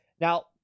Now